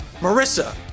Marissa